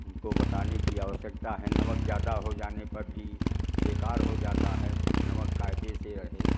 इनको बताने की आवश्यकता है नमक ज्यादा हो जाने पर भी बेकार हो जाता है नमक कायदे से रहे